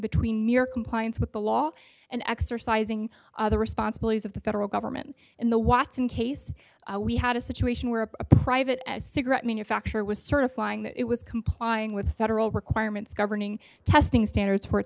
between your compliance with the law and exercising the responsibilities of the federal government in the watson case we had a situation where a private cigarette manufacturer was certifying that it was complying with federal requirements governing testing standards for